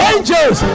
Angels